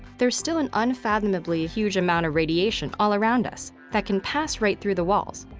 there's still an unfathomably huge amount of radiation all around us that can pass right through the walls.